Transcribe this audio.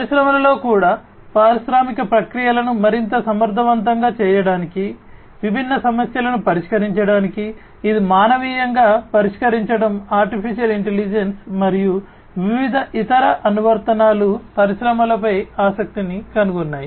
పరిశ్రమలలో కూడా పారిశ్రామిక ప్రక్రియలను మరింత సమర్థవంతంగా చేయడానికి విభిన్న సమస్యలను పరిష్కరించడానికి ఇది మానవీయంగా పరిష్కరించడం AI మరియు వివిధ ఇతర అనువర్తనాలు పరిశ్రమలపై ఆసక్తిని కనుగొన్నాయి